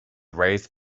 raised